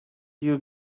you